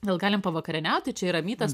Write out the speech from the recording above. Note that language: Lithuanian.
gal galim pavakarieniauti čia yra mytas